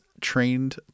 trained